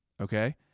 okay